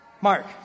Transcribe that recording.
Mark